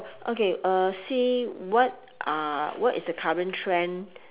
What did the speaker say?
okay uh see what are what is the current trend